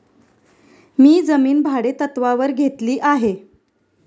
मी जमीन भाडेतत्त्वावर घेतली आहे